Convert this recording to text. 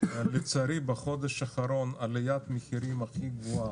לצערי בחודש האחרון עליית המחירים הכי גבוהה,